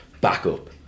backup